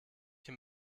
hier